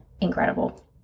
incredible